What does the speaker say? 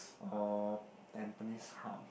or Tampines Hub